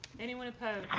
anyone opposed?